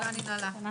הישיבה ננעלה.